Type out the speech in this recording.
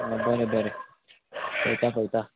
आं बरें बरें पळयता पळयता